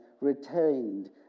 retained